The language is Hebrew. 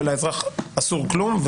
ולאזרח אסור כלום,